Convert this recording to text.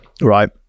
right